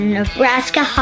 Nebraska